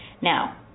Now